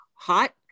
Hot